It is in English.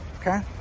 Okay